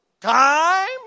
time